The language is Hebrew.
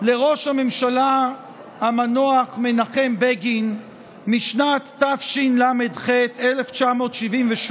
לראש הממשלה המנוח מנחם בגין משנת תשל"ח, 1978,